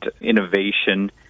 innovation